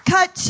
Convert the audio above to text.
Cut